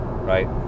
Right